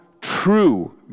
true